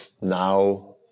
now